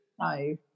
No